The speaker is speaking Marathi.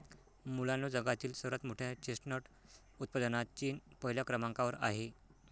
मुलांनो जगातील सर्वात मोठ्या चेस्टनट उत्पादनात चीन पहिल्या क्रमांकावर आहे